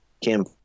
kim